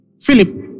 Philip